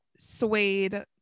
suede